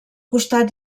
costat